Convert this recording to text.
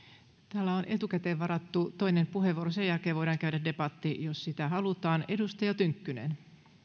täällä on etukäteen varattu toinen puheenvuoro sen jälkeen voidaan käydä debatti jos sitä halutaan edustaja tynkkynen